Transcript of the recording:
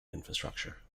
infrastructure